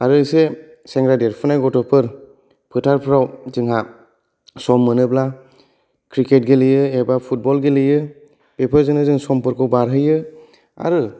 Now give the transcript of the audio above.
आरो इसे सेंग्रा देरफुनाय गथ'फोर फोथारफोराव जोंहा सम मोनोब्ला क्रिकेट गेलेयो एबा फुटबल गेलेयो बेफोरजों समफोरखौ बारहोयो आरो